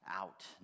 out